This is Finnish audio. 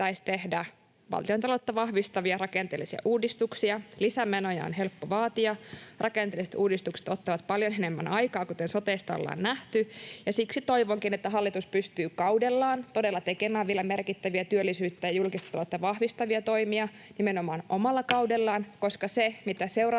tehdä valtiontaloutta vahvistavia rakenteellisia uudistuksia. Lisämenoja on helppo vaatia, mutta rakenteelliset uudistukset ottavat paljon enemmän aikaa, kuten sotesta ollaan nähty. Siksi toivonkin, että hallitus pystyy kaudellaan todella tekemään vielä merkittäviä työllisyyttä ja julkista taloutta vahvistavia toimia, nimenomaan omalla kaudellaan,